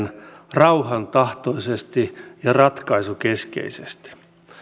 rauhantahtoisesti ja ratkaisukeskeisesti